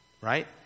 Right